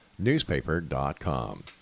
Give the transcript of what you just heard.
newspaper.com